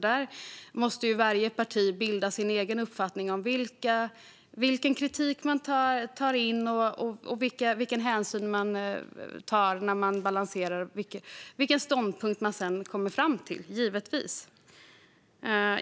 Där måste varje parti bilda sig sin egen uppfattning om vilken kritik man tar in, vilken hänsyn man tar för att balansera frågorna och vilken ståndpunkt man sedan kommer fram till.